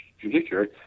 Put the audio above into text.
judiciary